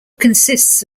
consists